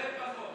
הרבה פחות.